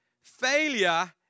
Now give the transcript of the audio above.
Failure